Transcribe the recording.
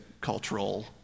cultural